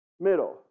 middle